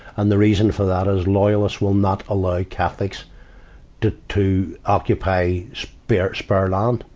and the reason for that is loyalists will not allow catholics to, to occupy spare, spare land.